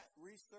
research